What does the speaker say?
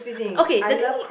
okay the thing